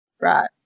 Right